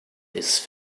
this